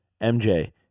MJ